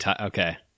okay